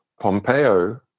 pompeo